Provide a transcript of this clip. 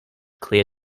clear